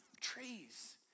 trees